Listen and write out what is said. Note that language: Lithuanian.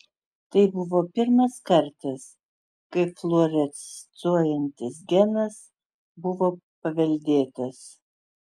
tai buvo pirmas kartas kai fluorescuojantis genas buvo paveldėtas